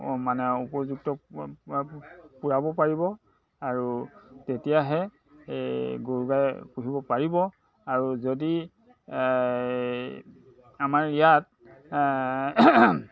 মানে উপযুক্ত পূৰাব পাৰিব আৰু তেতিয়াহে এই গৰু গাই পুহিব পাৰিব আৰু যদি আমাৰ ইয়াত